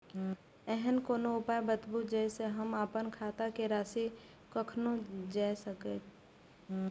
ऐहन कोनो उपाय बताबु जै से हम आपन खाता के राशी कखनो जै सकी?